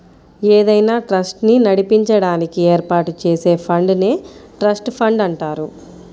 ఏదైనా ట్రస్ట్ ని నడిపించడానికి ఏర్పాటు చేసే ఫండ్ నే ట్రస్ట్ ఫండ్ అంటారు